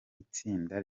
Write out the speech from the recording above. itsinda